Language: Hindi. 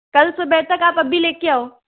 कल सुबह तक आप अभी लेके आओ